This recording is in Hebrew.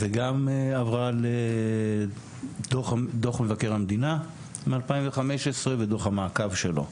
וגם עברה לדוח מבקר המדינה מ-2015 ודוח המעקב שלו.